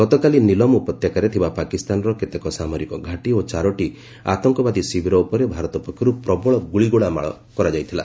ଗତକାଲି ନିଲମ୍ ଉପତ୍ୟକାରେ ଥିବା ପାକିସ୍ତାନର କେତେକ ସାମରିକ ଘାଟି ଓ ଚାରୋଟି ଆତଙ୍କବାଦୀ ଶିବିର ଉପରେ ଭାରତ ପକ୍ଷରୁ ପ୍ରବଳ ଗୁଳିଗୋଳା ମାଡ଼ କରାଯାଇଥିଲା